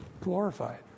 Glorified